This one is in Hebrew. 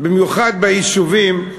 במיוחד ביישובים,